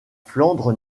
flandre